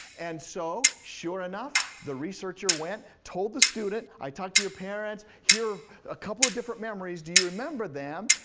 and so sure enough, the researcher went, told the student i talked to your parents, here are a couple of different memories, do you remember them?